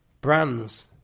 Brands